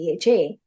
DHA